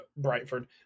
Brightford